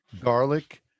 garlic